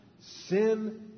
Sin